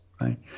Right